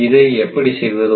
இதை எப்படி செய்வது